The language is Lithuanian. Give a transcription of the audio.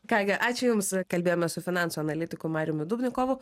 ką gi ačiū jums kalbėjome su finansų analitiku mariumi dubnikovu